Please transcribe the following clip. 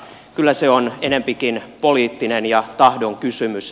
kyllä se on enempikin poliittinen ja tahdon kysymys